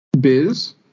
Biz